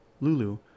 Lulu